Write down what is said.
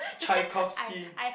Tchaikovsky